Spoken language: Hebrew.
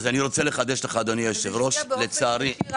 זה השפיע באופן ישיר,